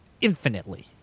infinitely